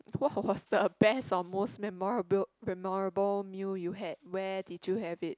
what was the best or most memorable memorable meal you had where did you have it